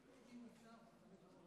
תודה רבה אדוני היושב-ראש.